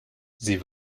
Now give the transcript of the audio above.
sie